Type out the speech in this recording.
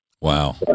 Wow